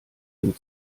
dem